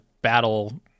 battle